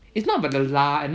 it's not about the lah